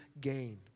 gain